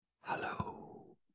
Hello